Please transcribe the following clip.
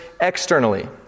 externally